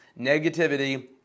Negativity